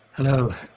hello,